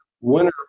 winner